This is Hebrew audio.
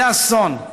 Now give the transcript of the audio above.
זה אסון.